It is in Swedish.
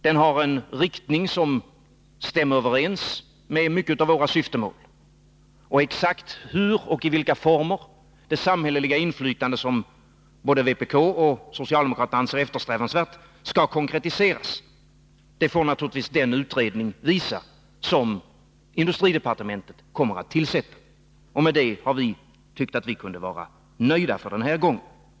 Den har en inriktning som stämmer överens med mycket av våra syftemål. Exakt hur och i vilka former det samhälleliga inflytande som både vpk och socialdemokraterna anser eftersträvansvärt skall konkretiseras får 49 naturligtvis den utredning visa som industridepartementet kommer att tillsätta. Med detta har vi tyckt att vi kunde vara nöjda för den här gången.